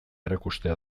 erakustea